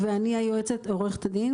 אני עו"ד,